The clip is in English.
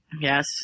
Yes